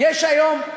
יש היום,